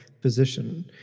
position